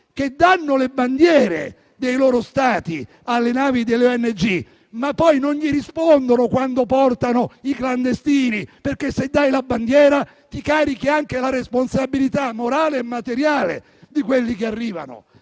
che danno le bandiere dei loro Stati alle navi delle ONG, ma poi non gli rispondono quando portano i clandestini. Se dai la bandiera, ti devi caricare anche la responsabilità morale e materiale di coloro che arrivano.